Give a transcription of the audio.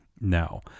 No